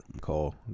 call